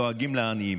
דואגים לעניים,